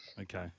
Okay